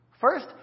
First